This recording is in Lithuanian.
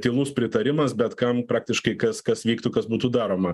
tylus pritarimas bet kam praktiškai kas kas vyktų kas būtų daroma